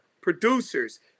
producers